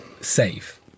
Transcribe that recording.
safe